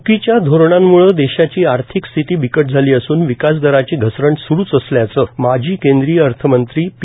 च्रकीक्या धोरणांमुळे देशाची आर्थिक स्थिती बिकट झाली असून विकास दराची घसरण स्वुरूव असल्याचं माजी केंद्रीय अर्धमंत्री पी